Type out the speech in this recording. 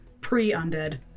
Pre-undead